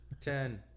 ten